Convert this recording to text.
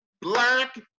black